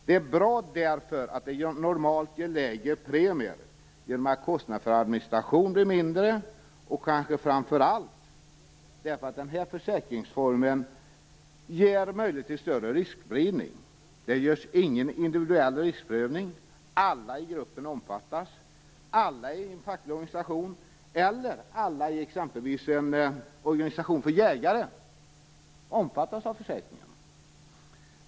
Det är bra därför att det normalt ger lägre premier genom att kostnaderna för administration blir mindre och kanske framför allt därför att den här försäkringsformen ger möjlighet till större riskspridning. Det görs ingen individuell riskprövning utan alla i gruppen omfattas. Alla i en facklig organisation eller alla i exempelvis en organisation för jägare omfattas av försäkringen.